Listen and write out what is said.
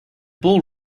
bull